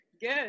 Good